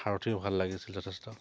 সাৰথিও ভাল লাগিছিল যথেষ্ট